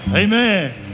Amen